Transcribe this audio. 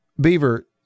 Beaver